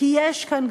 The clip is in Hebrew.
כי יש כאן בסוף,